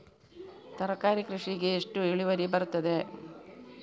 ತರಕಾರಿ ಕೃಷಿಗೆ ಎಷ್ಟು ಇಳುವರಿ ಬರುತ್ತದೆ?